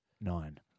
Nine